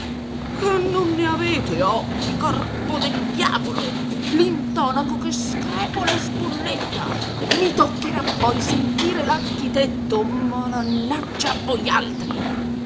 che non ne avete occhi corpo del diavolo l'intonaco che screpola e sbulletta i toccherà poi sentire l'architetto malannaggia a voialtri